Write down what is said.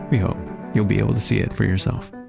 we hope you'll be able to see it for yourself